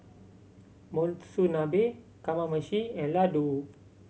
Monsunabe Kamameshi and Ladoo